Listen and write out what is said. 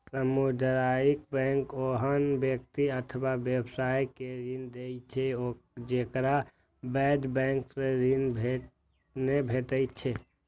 सामुदायिक बैंक ओहन व्यक्ति अथवा व्यवसाय के ऋण दै छै, जेकरा पैघ बैंक सं ऋण नै भेटै छै